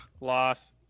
loss